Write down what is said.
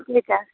त्यही त